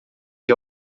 que